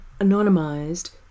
Anonymized